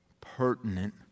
pertinent